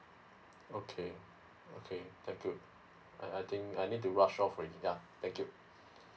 okay okay thank you I I think I need to rush off already dah thank you